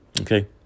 Okay